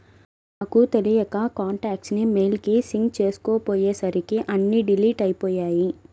నాకు తెలియక కాంటాక్ట్స్ ని మెయిల్ కి సింక్ చేసుకోపొయ్యేసరికి అన్నీ డిలీట్ అయ్యిపొయ్యాయి